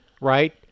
right